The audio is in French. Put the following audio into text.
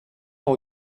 ont